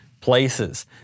places